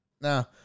Now